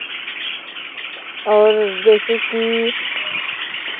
और जैसे कि